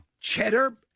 cheddar